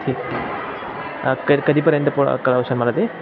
ठीक क कधीपर्यंत पो कळवशाल मला ते